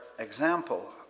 Example